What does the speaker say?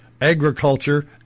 agriculture